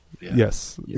yes